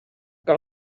que